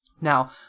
Now